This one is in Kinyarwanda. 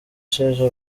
sheja